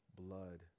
blood